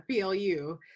PLU